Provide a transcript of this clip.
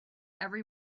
every